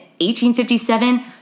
1857